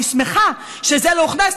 אני שמחה שזה לא הוכנס,